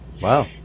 Wow